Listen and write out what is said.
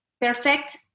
perfect